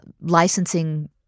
licensing